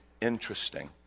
interesting